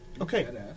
Okay